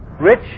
rich